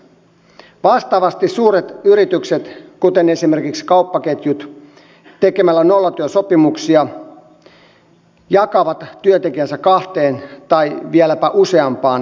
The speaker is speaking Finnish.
vastaavasti suuret yritykset kuten esimerkiksi kauppaketjut tekemällä nollatyösopimuksia jakavat työntekijänsä kahteen tai vieläpä useampaan kastiin